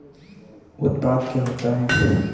उत्पाद क्या होता है?